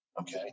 Okay